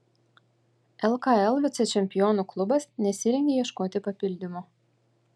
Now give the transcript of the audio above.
lkl vicečempionų klubas nesirengia ieškoti papildymo